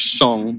song